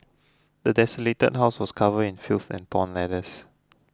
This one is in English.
the desolated house was covered in filth and torn letters